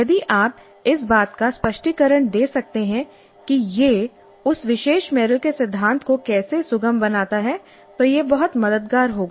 यदि आप इस बात का स्पष्टीकरण दे सकते हैं कि यह उस विशेष मेरिल के सिद्धांत को कैसे सुगम बनाता है तो यह बहुत मददगार होगा